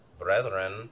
brethren